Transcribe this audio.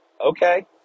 okay